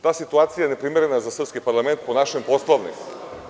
Ta situacija je neprimerena za srpski parlament po našem Poslovniku.